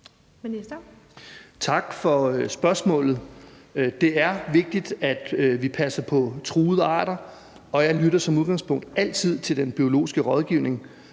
Tak for spørgsmålet. Det er vigtigt, at vi passer på truede arter, og jeg lytter som udgangspunkt altid til den biologiske rådgivning.